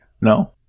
No